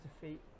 defeat